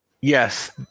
yes